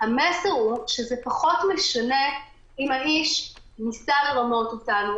הוא שזה פחות משנה אם האיש ניסה לרמות אותנו,